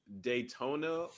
Daytona